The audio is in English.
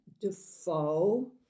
Defoe